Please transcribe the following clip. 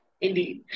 indeed